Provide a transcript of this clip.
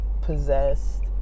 possessed